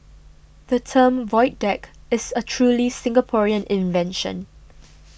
the term void deck is a truly Singaporean invention